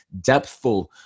depthful